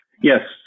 Yes